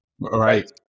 Right